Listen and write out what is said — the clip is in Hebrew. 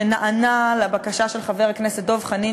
שנענה לבקשה של חבר הכנסת דב חנין,